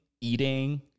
eating